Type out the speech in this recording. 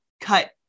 cut